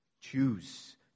Choose